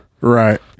Right